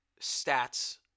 stats